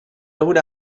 هنا